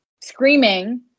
screaming